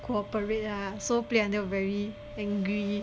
cooperate lah so play until very angry